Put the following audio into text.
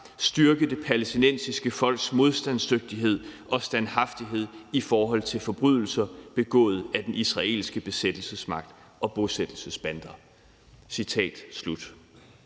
styrke det palæstinensiske folks modstandsdygtighed og standhaftighed i forhold til forbrydelser begået af den israelske besættelsesmagt og bosættelsesbander.